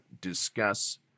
discuss